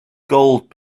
gold